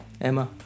Emma